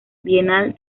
bienal